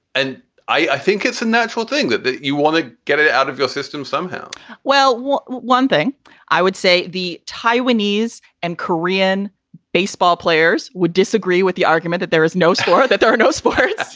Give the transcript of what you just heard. and i think it's a natural thing that that you want to get it out of your system somehow well, one thing i would say the taiwanese and korean baseball players would disagree with the argument that there is no sport, that there are no sports.